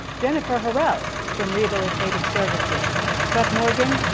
jennifer hurrell, from rehabilitative services, chuck morgan,